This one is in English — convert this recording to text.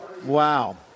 Wow